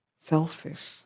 selfish